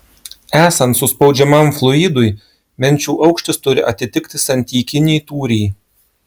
esant suspaudžiamam fluidui menčių aukštis turi atitikti santykinį tūrį